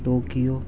Tokyo